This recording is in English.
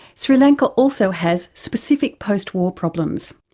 sri lanka also has specific post-war problems.